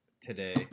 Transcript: today